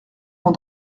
vont